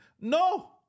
No